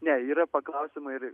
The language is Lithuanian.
ne yra paklausiama ir